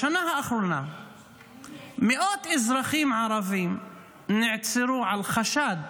בשנה האחרונה מאות אזרחים ערבים נעצרו על חשד